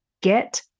get